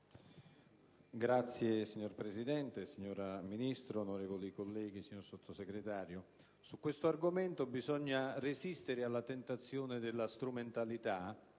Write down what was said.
*(PD)*. Signor Presidente, signora Ministro, onorevoli colleghi, signor Sottosegretario, su questo argomento bisogna resistere alla tentazione della strumentalità,